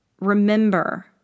Remember